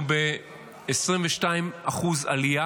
אנחנו ב-22% עלייה